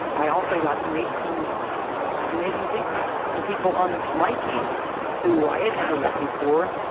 i also got to meet some amazing people, some people on my team who i had never met before,